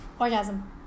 Orgasm